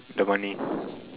the money